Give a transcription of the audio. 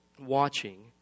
watching